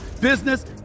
business